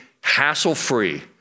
hassle-free